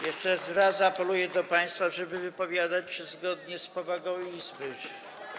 Jeszcze raz apeluję do państwa, żeby wypowiadać się zgodnie z powagą Izby.